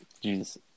Jesus